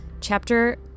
chapter